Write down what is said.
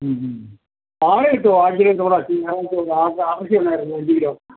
ആട് കിട്ടോ ആടിൻ്റെ ഇറച്ചി ഞങ്ങൾക്ക് ആട്ടിറച്ചി വേണമായിരുന്നു അഞ്ച് കിലോ